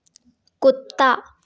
कुत्ता